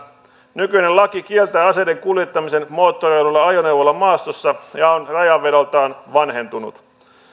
nykyinen laki kieltää aseiden kuljettamisen moottoroiduilla ajoneuvoilla maastossa ja on rajanvedoltaan vanhentunut